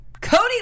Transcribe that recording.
Cody